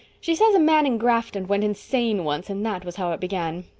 she says a man in grafton went insane once and that was how it began.